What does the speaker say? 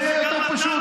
זה יהיה יותר פשוט.